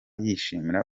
yishimira